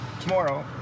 Tomorrow